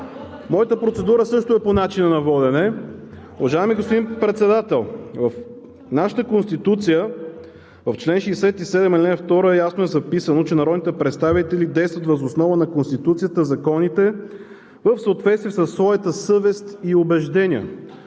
Моята процедура също е по начина на водене. Уважаеми господин Председател, в нашата Конституция, в чл. 67, ал. 2 ясно е записано, че народните представители действат въз основа на Конституцията и законите в съответствие със своята съвест и убеждения.